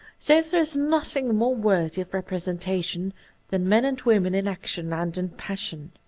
so there is nothing more worthy of repre sentation than men and women in action and in pas sion.